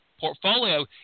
portfolio